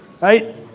right